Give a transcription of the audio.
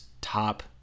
top